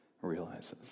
realizes